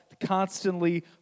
constantly